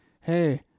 hey